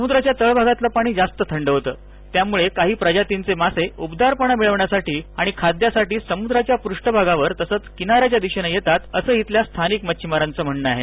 समुद्राच्या तळभागातलं पाणी जास्त थंड होत त्यामुळे काही प्रजातीचे मासे उबदारपणा मिळवण्यासाठी आणि खाद्यासाठी समुद्राच्या पृष्ठभागावर तसंच किनाऱ्याच्या दिशेनं येतात असे स्थानिक मच्छिमारांच म्हणणं आहे